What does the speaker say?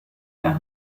der